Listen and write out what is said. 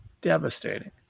devastating